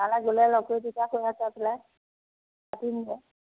তালৈ গ'লে লগ কৰি তেতিয়া কৈ আছো পেলাই